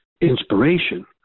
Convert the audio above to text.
inspiration